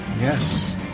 Yes